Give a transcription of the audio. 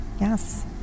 Yes